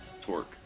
Torque